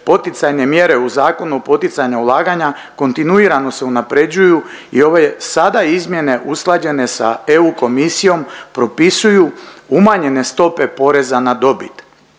Poticajne mjere u Zakonu o poticanju ulaganja kontinuirano se unapređuju i ove sada izmjene usklađene sa EU Komisijom propisuju umanjene stope poreza na dobit.